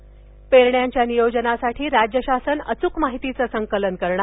त पेरण्यांच्या नियोजनासाठी राज्य शासन अच्क माहितीचं संकलन करणार